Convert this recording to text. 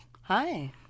Hi